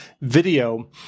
Video